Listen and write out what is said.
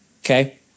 Okay